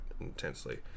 intensely